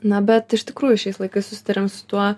na bet iš tikrųjų šiais laikais susiduriam su tuo